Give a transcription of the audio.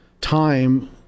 time